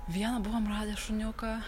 vieną buvom radę šuniuką